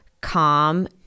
calm